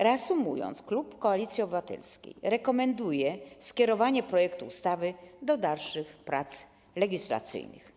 Reasumując, klub Koalicji Obywatelskiej rekomenduje skierowanie projektu ustawy do dalszych prac legislacyjnych.